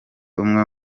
umwe